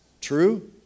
True